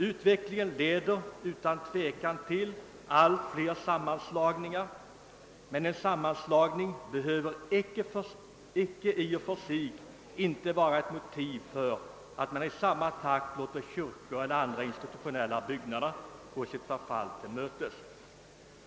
Utvecklingen leder utan tvivel till allt fler sammanslagningar, men en sammanslagning behöver i och för sig inte vara ett motiv för att man i samma takt låter kyrkor och andra institutionella byggnader gå sitt förfall till mötes.